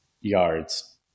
yards